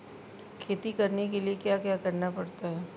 खेती करने के लिए क्या क्या करना पड़ता है?